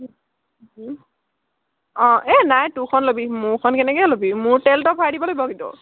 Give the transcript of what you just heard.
অঁ এই নাই তোৰখন ল'বি মোৰখন কেনেকৈ ল'বি মোৰ তেল তই ভৰাই দিব লাগিব কিন্তু